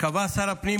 קבע שר הפנים,